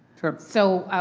sure. so,